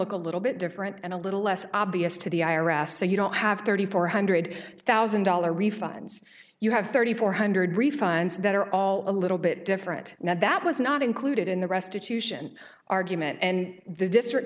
look a little bit different and a little less obvious to the i r s so you don't have thirty four hundred thousand dollar refunds you have thirty four hundred refunds that are all a little bit different now that was not included in the restitution argument and the district